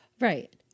right